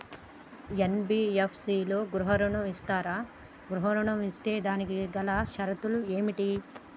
NBFC లలో గృహ ఋణం ఇస్తరా? గృహ ఋణం ఇస్తే దానికి గల షరతులు ఏమిటి?